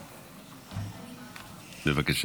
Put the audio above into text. בבקשה.